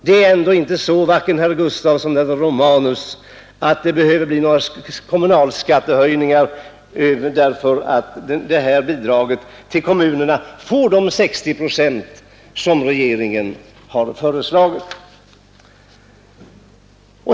Det är inte så, herr Gustavsson och herr Romanus, att det behöver bli några kommunalskattehöjningar därför att bidraget till kommunerna blir 60 procent som regeringen har föreslagit.